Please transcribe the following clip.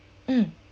mm